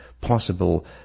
possible